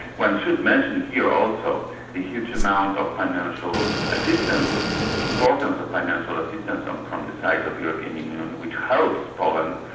one should mention here also the huge amount of financial assistance, the importance of financial assistance um from the side of european union which helps poland,